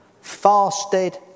fasted